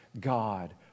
God